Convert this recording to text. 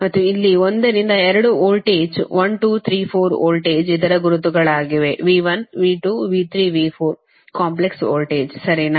ಮತ್ತು ಇಲ್ಲಿ 1 ರಿಂದ 2 ವೋಲ್ಟೇಜ್ 1 2 3 4 ವೋಲ್ಟೇಜ್ ಇದರ ಗುರುತುಗಳಾಗಿವೆ ಕಾಂಪ್ಲೆಕ್ಸ್ ವೋಲ್ಟೇಜ್ ಸರಿನಾ